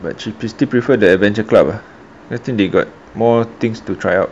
but she still prefer the adventure clever ah I think they got more things to try out